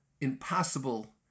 impossible